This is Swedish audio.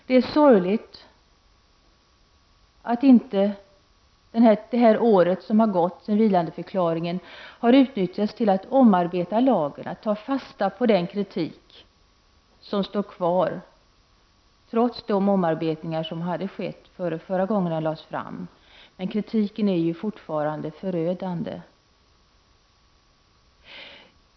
Det är sorgligt att det år som har gått sedan vilandeförklaringen inte har utnyttjats till att omarbeta lagen och att ta fasta på den kritik som står kvar, trots de omarbetningar som hade skett före förra gången den lades fram. Kritiken är fortfarande förödande.